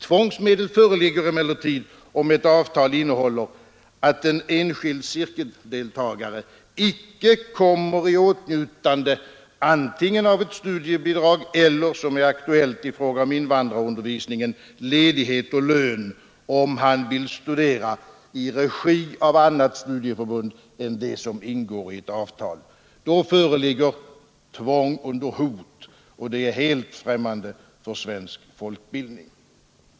Tvångsmedel föreligger emellertid om ett avtal innehåller bestämmelse att enskild cirkeldeltagare icke kommer i åtnjutande av ett studiebidrag eller — som är aktuellt i fråga om invandrarundervisningen — ledighet och lön om han vill studera i regi av annat studieförbund än det som ingår i ett avtal. Då föreligger tvång under hot, och det är helt främmande för svensk folkbildning.